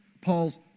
Paul's